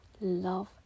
love